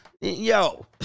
Yo